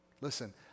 Listen